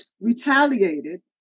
retaliated